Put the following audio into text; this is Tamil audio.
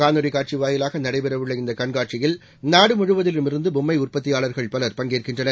காணொலி காட்சி வாயிலாக நடைபெறவுள்ள இந்த கண்காட்சியில் நாடு முழுவதிலுமிருந்து பொம்மை உற்பத்தியாளர்கள் பலர் பங்கேற்கின்றனர்